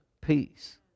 peace